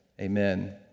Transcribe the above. Amen